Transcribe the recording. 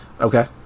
Okay